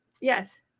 Yes